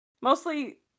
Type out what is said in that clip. Mostly